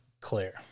Claire